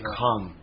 come